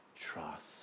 trust